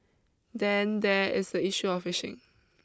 then there is the issue of fishing